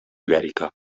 ibèrica